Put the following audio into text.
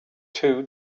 two